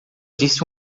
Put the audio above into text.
disse